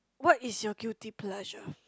what is your guilty pleasure